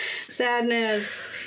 sadness